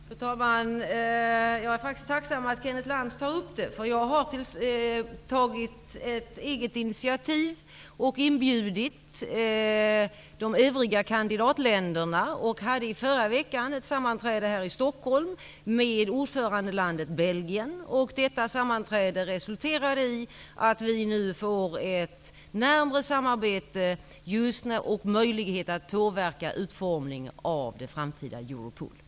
Fru talman! Jag är tacksam för att Kenneth Lantz tar upp detta. Jag har tagit ett eget initiativ och inbjudit de övriga kandidatländerna. Vi hade i förra veckan ett sammanträde här i Stockholm med ordförandelandet Belgien, vilket resulterade i att vi får ett närmare samarbete och möjlighet att påverka utformningen av det framtida Europool.